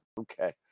Okay